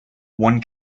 one